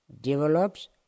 develops